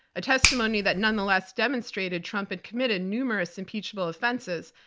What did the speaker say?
a testimony that nonetheless demonstrated trump had committed numerous impeachable offenses,